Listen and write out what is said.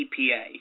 EPA